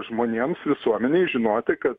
žmonėms visuomenei žinoti kad